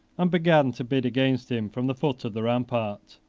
and began to bid against him from the foot of the rampart.